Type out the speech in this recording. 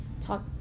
talk